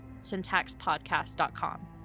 syntaxpodcast.com